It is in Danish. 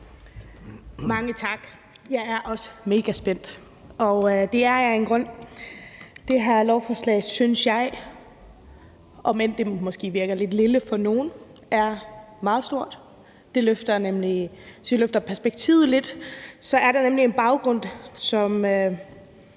Mange tak. Jeg er også mega spændt, og det er jeg af en grund. Det her lovforslag synes jeg – om end det måske virker lidt lille for nogle – er meget stort. Hvis vi løfter perspektivet lidt, er der nemlig en baggrund, som